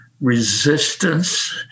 resistance